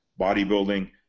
bodybuilding